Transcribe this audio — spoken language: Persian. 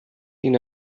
این